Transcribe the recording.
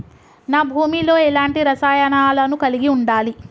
నా భూమి లో ఎలాంటి రసాయనాలను కలిగి ఉండాలి?